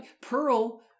Pearl